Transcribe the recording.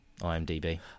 IMDb